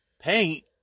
paint